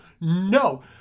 no